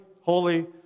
holy